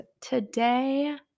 today